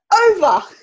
Over